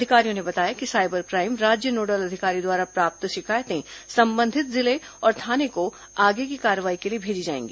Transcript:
अधिकारियों ने बताया कि साइबर क्राइम राज्य नोडल अधिकारी द्वारा प्राप्त शिकायतें संबंधित जिले और थाने को आगे की कार्रवाई के लिए भेजी जाएगी